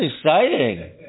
exciting